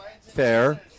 Fair